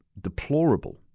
deplorable